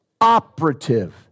operative